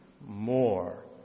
more